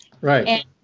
right